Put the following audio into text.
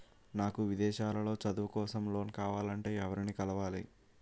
నాకు విదేశాలలో చదువు కోసం లోన్ కావాలంటే ఎవరిని కలవాలి?